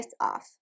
off